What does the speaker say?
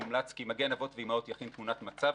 מומלץ כי "מגן אבות ואימהות" יכין תמונת מצב